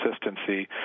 consistency